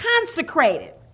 consecrated